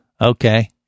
Okay